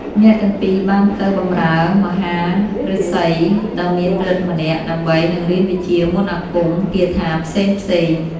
អ្នកទាំងពីរបាននៅ បម្រើមហាឫសីដ៏មានឫទ្ធិម្នាក់ ដើម្បីនឹងរៀនវិជ្ជាមន្តអាគមគាថាផ្សេងៗ។